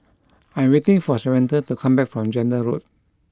I am waiting for Samatha to come back from Zehnder Road